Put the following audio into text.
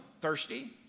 thirsty